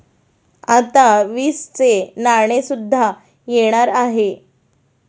आता वीसचे नाणे सुद्धा येणार आहे